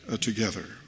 together